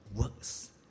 works